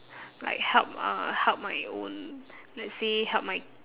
like help uh help my own let's say help my